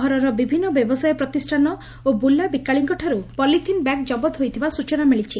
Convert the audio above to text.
ସହରର ବିଭିନ୍ନ ବ୍ୟବସାୟ ପ୍ରତିଷ୍ଷାନ ଓ ବୁଲାବିକାଳିଙ୍କଠାରୁ ପଲିଥିନ ବ୍ୟାଗ୍ ଜବତ ହୋଇଥିବା ସ୍ଚନା ମିଳିଛି